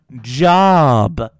job